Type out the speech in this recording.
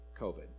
COVID